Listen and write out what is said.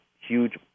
huge